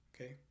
Okay